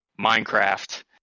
Minecraft